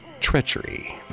treachery